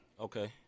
Okay